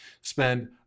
spend